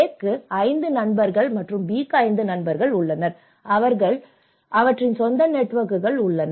A க்கு 5 நண்பர்கள் மற்றும் B க்கு 5 நண்பர்கள் உள்ளனர் அவர்களுக்கு அவற்றின் சொந்த நெட்வொர்க்குகள் உள்ளன